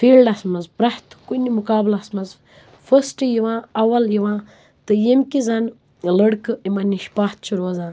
فیٖڈس منٛز پرٮ۪تھ کُنہِ مُقلبلس منٛز فسٹہٕ یِوان اَول یِوان تہٕ ییٚمہِ کہِ زن لٔڑکہٕ یِمن نِش پَتھ چھِ روزان